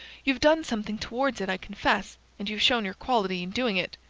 you've done something towards it, i confess and you've shown your quality in doing it.